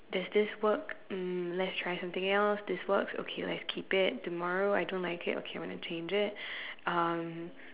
does this work um let's trying something else this works okay let's keep it tomorrow I don't like it okay I want to change it um